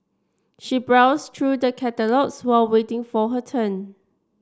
she browsed through the catalogues while waiting for her turn